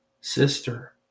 sister